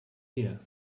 here